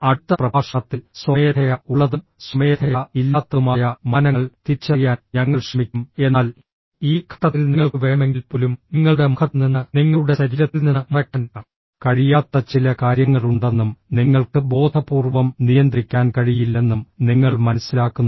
അടുത്ത പ്രഭാഷണത്തിൽ സ്വമേധയാ ഉള്ളതും സ്വമേധയാ ഇല്ലാത്തതുമായ മാനങ്ങൾ തിരിച്ചറിയാൻ ഞങ്ങൾ ശ്രമിക്കും എന്നാൽ ഈ ഘട്ടത്തിൽ നിങ്ങൾക്ക് വേണമെങ്കിൽ പോലും നിങ്ങളുടെ മുഖത്ത് നിന്ന് നിങ്ങളുടെ ശരീരത്തിൽ നിന്ന് മറയ്ക്കാൻ കഴിയാത്ത ചില കാര്യങ്ങളുണ്ടെന്നും നിങ്ങൾക്ക് ബോധപൂർവ്വം നിയന്ത്രിക്കാൻ കഴിയില്ലെന്നും നിങ്ങൾ മനസ്സിലാക്കുന്നു